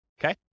Okay